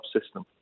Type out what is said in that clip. system